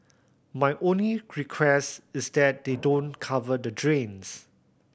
my only request is that they don't cover the drains